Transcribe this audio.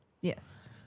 Yes